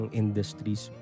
industries